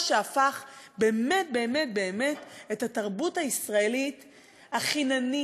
שעשה באמת באמת באמת את התרבות הישראלית החיננית,